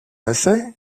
assez